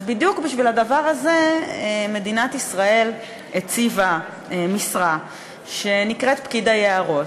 אז בדיוק בשביל הדבר הזה מדינת ישראל הציבה משרה שנקראת "פקיד היערות",